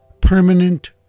permanent